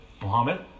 Muhammad